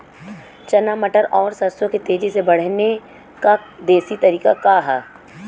चना मटर और सरसों के तेजी से बढ़ने क देशी तरीका का ह?